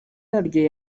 yaryo